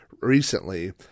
recently